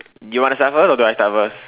you wanna start first or do I start first